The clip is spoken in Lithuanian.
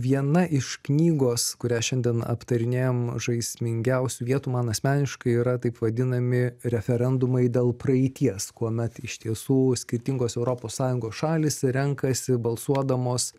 viena iš knygos kurią šiandien aptarinėjam žaismingiausių vietų man asmeniškai yra taip vadinami referendumai dėl praeities kuomet iš tiesų skirtingos europos sąjungos šalys renkasi balsuodamos